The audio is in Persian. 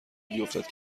بیفتد